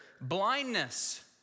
blindness